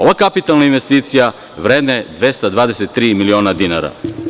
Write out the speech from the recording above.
Ova kapitalna investicija vredna je 223 miliona dinara.